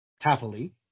Happily